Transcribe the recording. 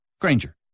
Granger